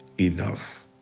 enough